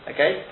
Okay